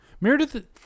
Meredith